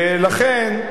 ולכן,